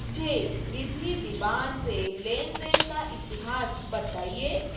मुझे रिद्धि दीवान से लेन देन का इतिहास बताइए